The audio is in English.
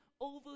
over